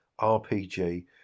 RPG